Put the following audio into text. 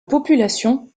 population